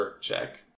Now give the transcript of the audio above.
check